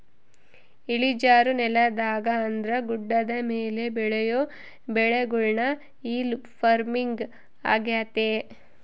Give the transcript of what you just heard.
ಇಳಿಜಾರು ನೆಲದಾಗ ಅಂದ್ರ ಗುಡ್ಡದ ಮೇಲೆ ಬೆಳಿಯೊ ಬೆಳೆಗುಳ್ನ ಹಿಲ್ ಪಾರ್ಮಿಂಗ್ ಆಗ್ಯತೆ